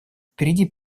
впереди